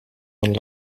een